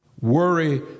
Worry